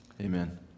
Amen